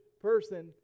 person